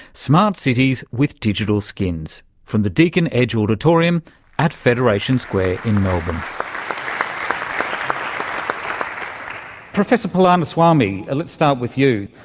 smart cities with digital skins from the deakin edge auditorium at federation square in melbourne. um professor palaniswami, let's start with you.